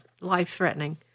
life-threatening